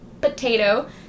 potato